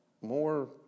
more